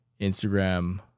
Instagram